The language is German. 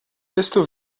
desto